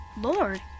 Lord